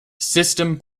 system